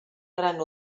gran